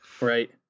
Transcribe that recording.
Right